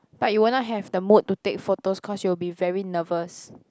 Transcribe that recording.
but you won't have the mood to take photos cause you will be very nervous